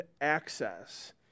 access